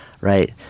right